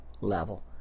level